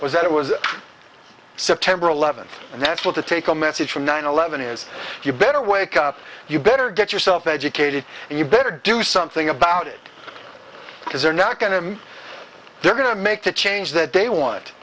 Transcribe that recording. was that it was september eleventh and that's what to take a message from nine eleven is you better wake up you better get yourself educated and you better do something about it because they're not going to they're going to make the change that they want